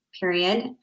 period